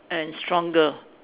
and stronger